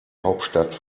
hauptstadt